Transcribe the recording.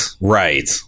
right